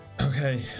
Okay